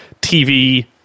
tv